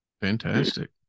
Fantastic